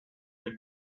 del